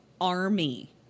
army